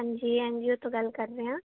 ਹਾਂਜੀ ਹਾਂਜੀ ਉੱਥੋਂ ਗੱਲ ਕਰ ਰਹੇ ਹਾਂ